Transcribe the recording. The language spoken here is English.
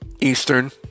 Eastern